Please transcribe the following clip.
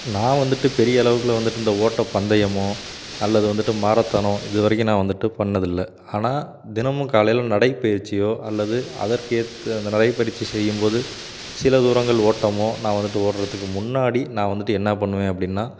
நான் வந்துட்டு பெரிய அளவில் வந்துட்டு இந்த ஓட்டப் பந்தயமோ அல்லது வந்துட்டு மாரத்தானோ இது வரைக்கும் நான் வந்துட்டு பண்ணதில்லை ஆனால் தினமும் காலையில் நடைப்பயிற்சியோ அல்லது அதற்கு ஏற்ற அந்த நடைப்பயிற்சி செய்யும்போது சில தூரங்கள் ஓட்டமோ நான் வந்துட்டு ஓடுறத்துக்கு முன்னாடி நான் வந்துட்டு என்ன பண்ணுவேன் அப்படின்னா